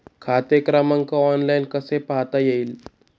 खाते क्रमांक ऑनलाइन कसा पाहता येईल?